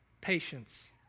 patience